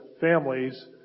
families